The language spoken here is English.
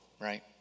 right